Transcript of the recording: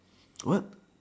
what